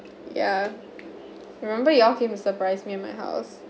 ya remember you all came to surprise me in my house